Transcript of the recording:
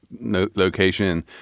location